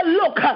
look